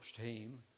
team